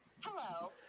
Hello